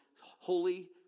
holy